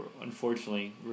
unfortunately